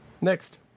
Next